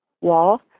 wall